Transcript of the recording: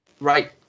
Right